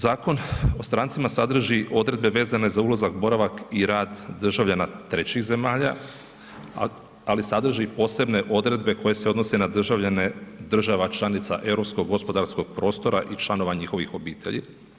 Zakon o strancima sadrži odredbe vezane za ulazak, boravak i rad državljana trećih zemalja ali sadrži posebne odredbe koje se odnose na državljane država članica europskog gospodarskog prostora i članova njihovih obitelji.